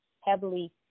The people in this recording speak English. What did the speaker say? heavily